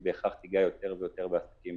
היא בהכרח תיגע יותר ויותר בעסקים